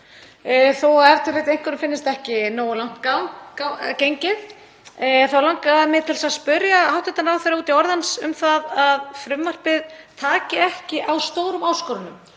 þótt e.t.v. einhverjum finnist ekki nógu langt gengið. Þá langaði mig til að spyrja hæstv. ráðherra út í orð hans um það að frumvarpið taki ekki á stórum áskorunum,